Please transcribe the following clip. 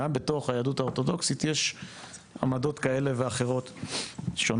גם בתוך היהדות האורתודוקסית יש עמדות כאלה ואחרות שונות.